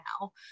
now